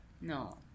No